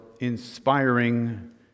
inspiring